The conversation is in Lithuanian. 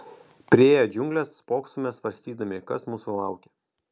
priėję džiungles spoksome svarstydami kas mūsų laukia